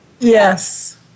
Yes